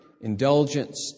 indulgence